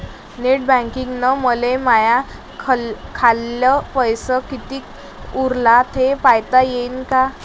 Net बँकिंगनं मले माह्या खाल्ल पैसा कितीक उरला थे पायता यीन काय?